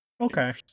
Okay